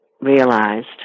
realized